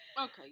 Okay